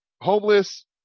homeless